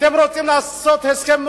אתם רוצים לעשות הסכם?